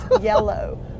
yellow